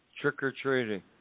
trick-or-treating